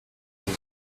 over